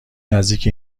نزدیک